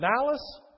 malice